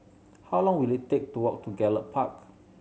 how long will it take to walk to Gallop Park